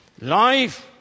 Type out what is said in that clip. life